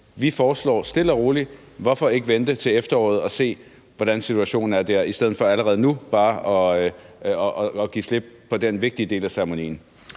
Vi siger stille og roligt: Hvorfor ikke vente til efteråret og se, hvordan situationen er, i stedet for allerede nu bare at give slip på den vigtige del af ceremonien.